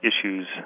issues